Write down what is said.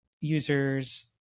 users